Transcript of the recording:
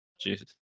Jesus